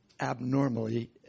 abnormally